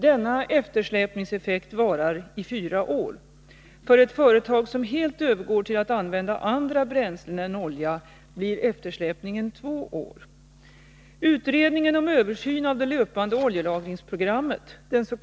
Denna eftersläpningseffekt varar i fyra år. För ett företag som helt övergår till att använda andra bränslen än olja blir eftersläpningen två år. Utredningen om översyn av det löpande oljelagringsprogrammet , dens.k.